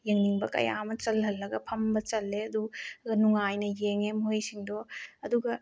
ꯌꯦꯡꯅꯤꯡꯕ ꯀꯌꯥ ꯑꯃ ꯆꯜꯍꯜꯂꯒ ꯐꯝꯕ ꯆꯜꯂꯦ ꯑꯗꯨꯒ ꯅꯨꯡꯉꯥꯏꯅ ꯌꯦꯡꯉꯦ ꯃꯣꯏꯁꯤꯡꯗꯣ ꯑꯗꯨꯒ